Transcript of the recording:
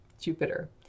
Jupiter